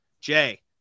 jay